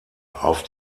auf